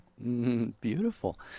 Beautiful